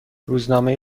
روزنامه